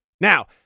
Now